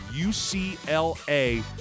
UCLA